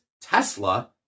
Tesla